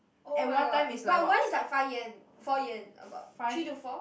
oh-my-god but one is like five yen four yen three to four